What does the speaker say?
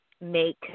make